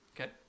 Okay